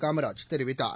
காமராஜ் தெரிவித்தார்